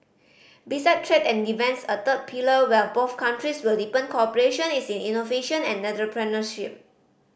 besides trade and defence a third pillar where both countries will deepen cooperation is in innovation and entrepreneurship